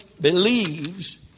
believes